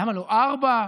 אדוני היושב-ראש,